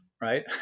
right